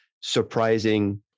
surprising